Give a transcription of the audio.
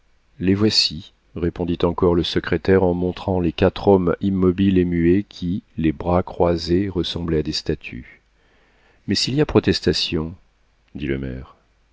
les voici répondit encore le secrétaire en montrant les quatre hommes immobiles et muets qui les bras croisés ressemblaient à des statues mais s'il y a protestation dit le maire